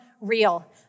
real